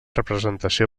representació